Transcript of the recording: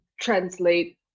translate